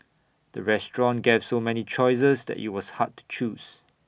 the restaurant gave so many choices that IT was hard to choose